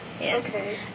Yes